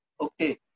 Okay